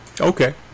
Okay